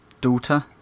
daughter